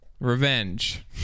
revenge